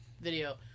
video